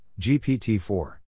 GPT-4